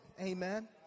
Amen